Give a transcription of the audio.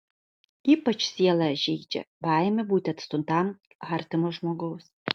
ypač sielą žeidžia baimė būti atstumtam artimo žmogaus